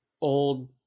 old